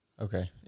Okay